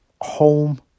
Home